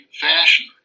fashion